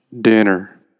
Dinner